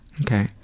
Okay